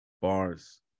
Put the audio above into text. Bars